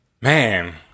man